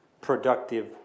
productive